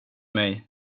mig